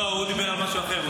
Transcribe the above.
לא, הוא דיבר על משהו אחר.